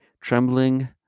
Trembling